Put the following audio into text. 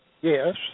Yes